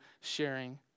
sharing